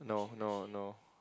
no no no